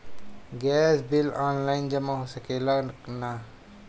Gas bill online जमा हो सकेला का नाहीं?